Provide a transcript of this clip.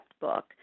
book